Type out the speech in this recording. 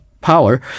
power